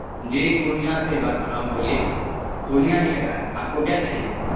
جی پورنیہ سے ہی بات کر رہا ہوں بولیے پورنیہ ہی لگا ہے آپ کو کیا چاہیے